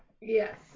Yes